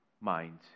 mind